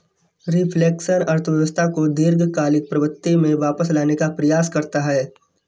reflection अर्थव्यवस्था को दीर्घकालिक प्रवृत्ति में वापस लाने का प्रयास करता है